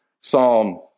Psalm